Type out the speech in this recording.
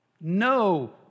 No